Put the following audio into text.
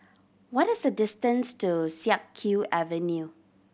what is the distance to Siak Kew Avenue